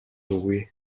үгүй